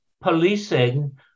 policing